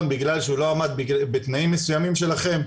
בגלל שהוא לא עמד בתנאים מסוימים שלכם,